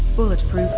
bulletproof